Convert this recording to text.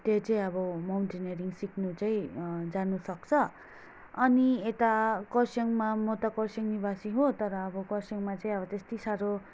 त्यो चाहिँ अब माउन्टेनरिङ सिक्नु चाहिँ जानुसक्छ अनि यता खरसाङमा म त खरसाङ निवासी हो तर अब खरसाङमा चाहिँ अब त्यति साह्रो